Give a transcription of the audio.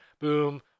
Boom